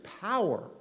power